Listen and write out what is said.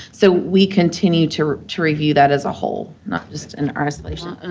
so, we continue to to review that as a whole, not just in isolation.